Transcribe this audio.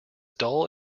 dull